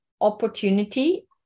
opportunity